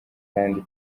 kandi